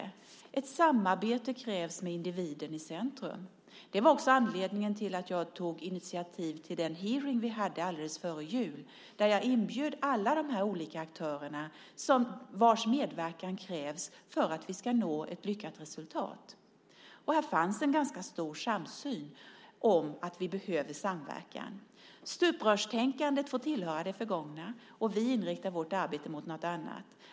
Det krävs ett samarbete med individen i centrum. Det var anledningen till att jag tog initiativ till den hearing vi hade före jul där jag inbjöd alla de här olika aktörerna vars medverkan krävs för att vi ska nå ett lyckat resultat. Här fanns en ganska stor samsyn om att vi behöver samverkan. Stuprörstänkandet får tillhöra det förgångna, och vi inriktar vårt arbete på något annat.